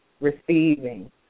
receiving